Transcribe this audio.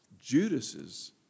Judas's